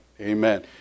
Amen